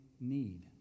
need